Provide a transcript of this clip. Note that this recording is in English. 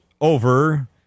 over